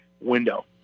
window